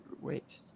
Wait